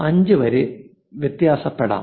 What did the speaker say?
5 വരെ വ്യത്യാസപ്പെടാം